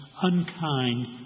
unkind